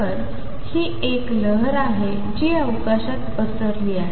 तर ही एक लहर आहे जी अवकाशात पसरली आहे